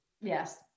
Yes